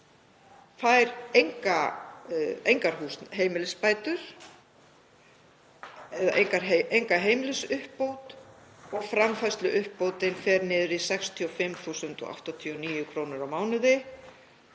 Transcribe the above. fær enga heimilisuppbót og framfærsluuppbótin fer niður í 65.089 kr. á mánuði.